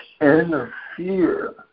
interfere